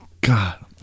god